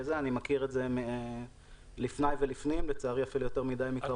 אני מכיר את זה לפני ולפנים לצערי אפילו יותר מדי מקרוב.